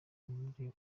muri